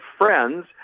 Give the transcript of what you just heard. friends